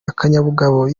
akanyabugabo